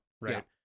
right